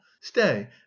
stay